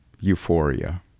euphoria